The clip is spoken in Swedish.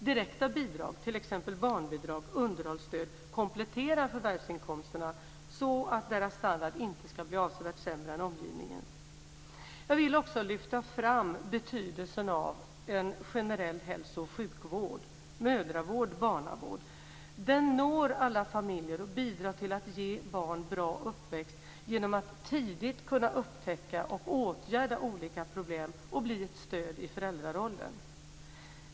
Direkta bidrag, t.ex. barnbidrag och underhållsstöd, kompletterar förvärvsinkomsterna så att familjernas standard inte ska bli avsevärt sämre än omgivningens. Jag vill också lyfta fram betydelsen av en generell hälso och sjukvård, mödravård och barnavård. Den når alla familjer och bidrar till att ge barn bra uppväxt genom att tidigt kunna upptäcka och åtgärda olika problem och bli ett stöd i föräldrarollen.